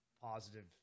positive